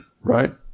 right